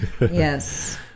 yes